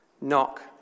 Knock